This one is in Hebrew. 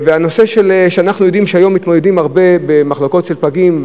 אנחנו יודעים שהיום מתמודדים רבות במחלקות של פגים,